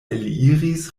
eliris